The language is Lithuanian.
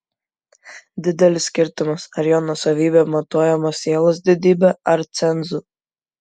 didelis skirtumas ar jo nuosavybė matuojama sielos didybe ar cenzu